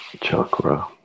chakra